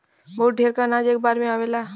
बहुत ढेर क अनाज एक बार में आवेला